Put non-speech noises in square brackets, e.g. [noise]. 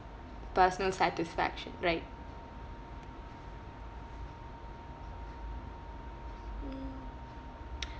personal satisfaction right mm [noise]